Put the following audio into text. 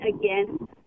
again